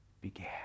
began